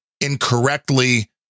Incorrectly